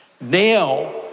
Now